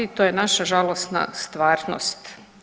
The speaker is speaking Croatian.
To je naša žalosna stvarnost.